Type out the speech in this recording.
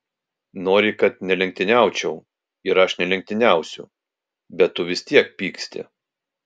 nori kad nelenktyniaučiau ir aš nelenktyniausiu bet tu vis tiek pyksti